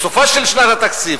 בסופה של שנת התקציב,